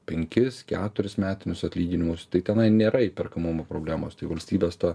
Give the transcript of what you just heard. penkis keturis metinius atlyginimus tai tenai nėra įperkamumo problemos tai valstybės to